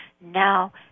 now